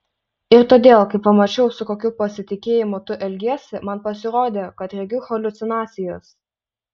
ir todėl kai pamačiau su kokiu pasitikėjimu tu elgiesi man pasirodė kad regiu haliucinacijas